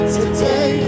today